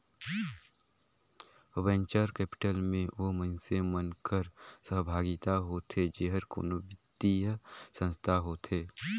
venture capital में ओ मइनसे मन कर सहभागिता होथे जेहर कोनो बित्तीय संस्था होथे